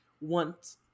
want